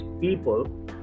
people